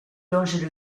longe